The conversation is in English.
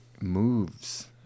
moves